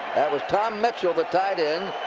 that was tom mitchell, the tight end,